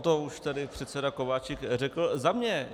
On to už tady předseda Kováčik řekl za mě.